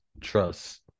Trust